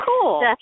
cool